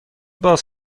باز